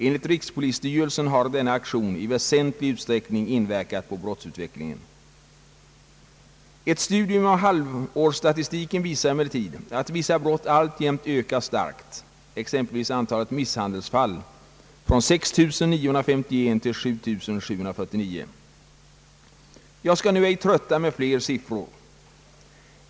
Enligt rikspolisstyrelsen har denna aktion i väsentlig utsträckning inverkat på brottsutvecklingen. Ett studium av halvårsstatistiken visar emellertid att vissa brott alltjämt ökar starkt, exempelvis antalet misshandelsfall från 6 951 till 7 749. Jag skall nu ej trötta med fler siffror.